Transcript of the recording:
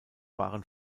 waren